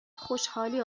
خوشحالی